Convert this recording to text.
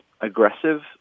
aggressive